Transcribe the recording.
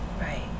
Right